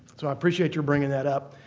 so i appreciate your bringing that up.